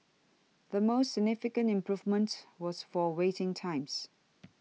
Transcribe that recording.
the most significant improvement was for waiting times